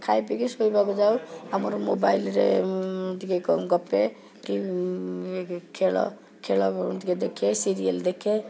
ଖାଇ ପିଇକି ଶୋଇବାକୁ ଯାଉ ଆଉ ମୋର ମୋବାଇଲରେ ଟିକେ କ'ଣ ଗପେ କି ଏ ଖେଳ ଖେଳ ଟିକେ ଦେଖେ ସିରିଏଲ୍ ଦେଖେ